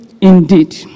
indeed